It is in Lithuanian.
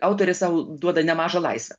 autorė sau duoda nemažą laisvę